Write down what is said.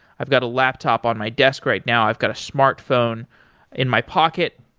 i've got a laptop on my desk right now, i've got a smart phone in my pocket,